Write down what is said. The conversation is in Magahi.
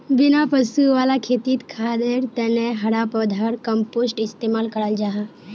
बिना पशु वाला खेतित खादर तने हरा पौधार कम्पोस्ट इस्तेमाल कराल जाहा